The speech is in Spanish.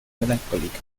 melancólica